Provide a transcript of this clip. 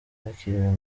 yakiriwe